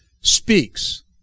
speaks